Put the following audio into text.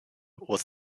was